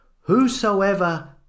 Whosoever